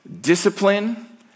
Discipline